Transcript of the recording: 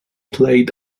played